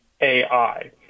AI